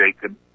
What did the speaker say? Jacob